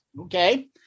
Okay